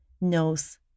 knows